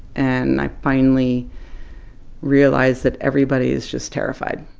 and i finally realized that everybody is just terrified